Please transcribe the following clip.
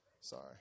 Sorry